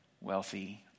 wealthy